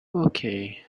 okay